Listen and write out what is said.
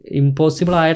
impossible